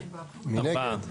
מי נגד?